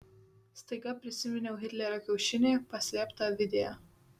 staiga prisiminiau hitlerio kiaušinį paslėptą avidėje